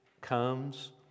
comes